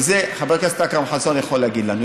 ואת זה חבר הכנסת אכרם חסון יכול להגיד לנו,